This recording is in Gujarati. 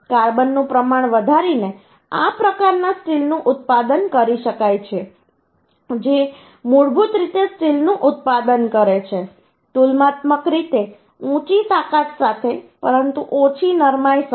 કાર્બનનું પ્રમાણ વધારીને આ પ્રકારના સ્ટીલનું ઉત્પાદન કરી શકાય છે જે મૂળભૂત રીતે સ્ટીલનું ઉત્પાદન કરે છે તુલનાત્મક રીતે ઊંચી તાકાત સાથે પરંતુ ઓછી નરમાઈ સાથે